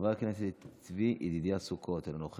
חבר הכנסת צבי ידידיה סוכות, אינו נוכח.